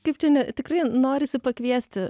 kaip čia ne tikrai norisi pakviesti